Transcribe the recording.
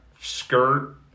skirt